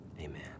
amen